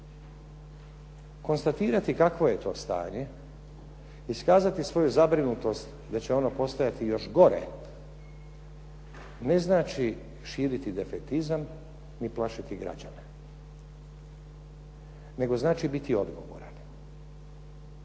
Konstatirati kakvo je to stanje, iskazati svoju zabrinutost da će ono postajati još gore ne znači širiti defetizam ni plašiti građane, nego znači biti odgovoran.